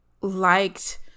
liked